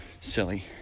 silly